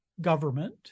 government